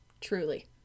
Truly